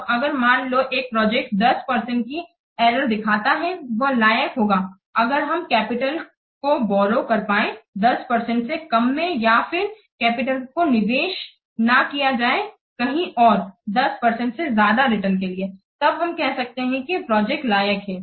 तो अगर मान लो एक प्रोजेक्ट 10 परसेंटकी एरर दिखाता है वह लायक होगा अगर हम कैपिटल को बोरो कर पाए 10 परसेंटसे कम में या फिर कैपिटल को निवेश ना किया जाए कहीं और 10 परसेंटसे ज्यादा रिटर्नके लिए तब हम कह सकते हैं कि प्रोजेक्ट लायक है